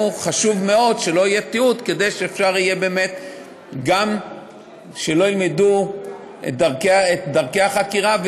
חשוב לנו מאוד שלא יהיה תיעוד כדי שגם לא ילמדו את דרכי החקירה,